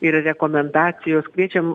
ir rekomendacijos kviečiam